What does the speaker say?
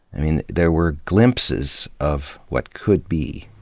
there were glimpses of what could be.